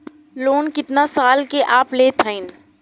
Loan कितना खाल के आप लेत हईन?